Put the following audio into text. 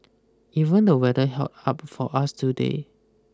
even the weather held up for us today